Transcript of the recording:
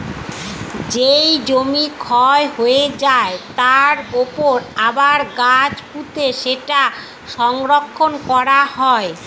যেই জমি ক্ষয় হয়ে যায়, তার উপর আবার গাছ পুঁতে সেটা সংরক্ষণ করা হয়